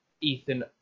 Ethan